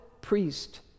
priest